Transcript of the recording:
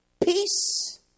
peace